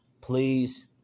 Please